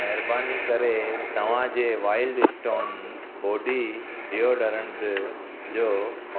महिरबानी करे तव्हांजे वाइल्ड स्टोन बॉडी डिओडरेंट जो